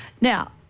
Now